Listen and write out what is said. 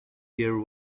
there